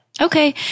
Okay